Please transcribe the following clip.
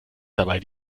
dabei